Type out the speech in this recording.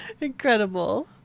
incredible